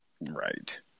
right